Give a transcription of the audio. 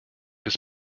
des